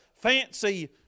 fancy